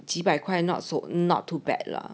几百块 not so not too bad lah